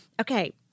Okay